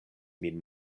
min